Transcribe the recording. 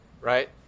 right